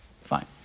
Fine